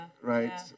right